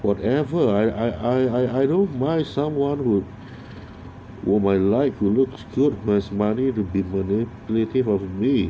whatever I I don't mind someone who were my life who looks good must money to pay for their native of me